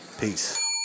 Peace